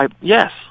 yes